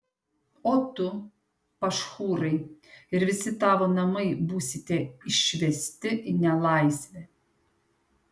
o tu pašhūrai ir visi tavo namai būsite išvesti į nelaisvę